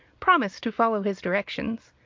promised to follow his directions.